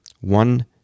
one